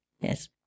Yes